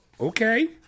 okay